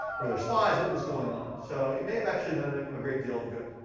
were there spies? what was going on? so it may have actually done a great deal of good.